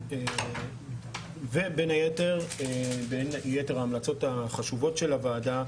בין יתר ההמלצות החשובות של הוועדה,